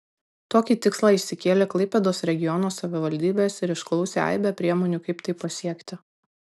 tokį tikslą išsikėlė klaipėdos regiono savivaldybės ir išklausė aibę priemonių kaip tai pasiekti